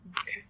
okay